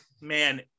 man